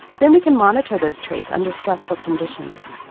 then, we can monitor those traits under stressful conditions,